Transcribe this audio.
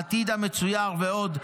העתיד המצויר ועוד,